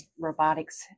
robotics